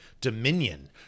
Dominion